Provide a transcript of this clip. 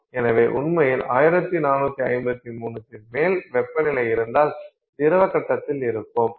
எனவே உண்மையில் 1453 க்கு மேல் வெப்பநிலை இருந்தால் திரவ கட்டத்தில் இருப்போம்